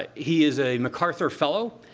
he is a macarthur fellow,